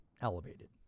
elevated